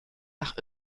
nach